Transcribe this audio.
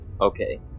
Okay